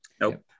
nope